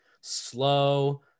slow